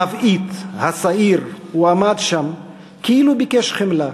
// המבעית, השעיר, הוא עמד שם, / כאילו ביקש חמלה,